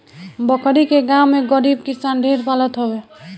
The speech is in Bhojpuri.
बकरी के गांव में गरीब किसान ढेर पालत हवे